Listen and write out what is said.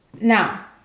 Now